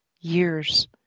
years